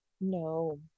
No